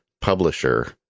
publisher